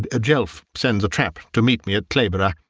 ah jelf sends a trap to meet me at clayborbough!